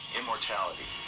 immortality